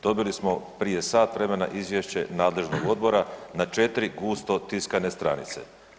Dobili smo prije sat vremena izvješće nadležnog odbora na 4 gusto tiskane stranice.